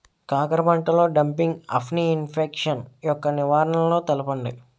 కాకర పంటలో డంపింగ్ఆఫ్ని ఇన్ఫెక్షన్ యెక్క నివారణలు తెలపండి?